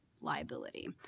liability